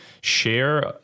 share